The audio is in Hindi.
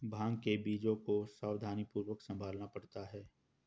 भांग के बीजों को सावधानीपूर्वक संभालना पड़ता है